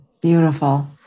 Beautiful